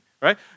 right